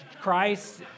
Christ